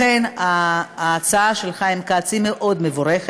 לכן ההצעה של חיים כץ היא מאוד מבורכת.